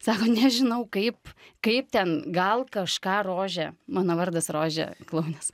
sako nežinau kaip kaip ten gal kažką rožė mano vardas rožė klounas